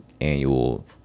annual